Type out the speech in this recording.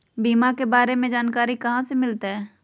बीमा के बारे में जानकारी कहा से मिलते?